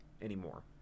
anymore